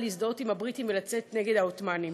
להזדהות עם הבריטים ולצאת נגד העות'מאנים.